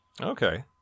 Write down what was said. Okay